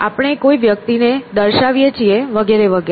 આપણે કોઈ વ્યક્તિ ને દર્શાવીએ છીએ વગેરે વગેરે